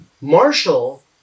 Marshall